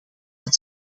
dat